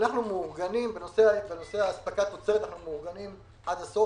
בנושא אספקת התוצרת אנחנו מאורגנים עד הסוף,